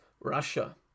Russia